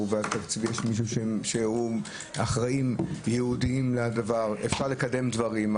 יותר ויש מישהו שאחראי ייעודי לדבר ואפשר לקדם דברים.